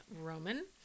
Roman